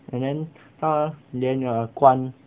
and then 他连 err 关